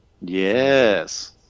yes